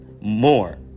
more